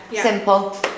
Simple